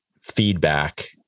feedback